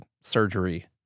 surgery